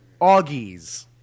Augies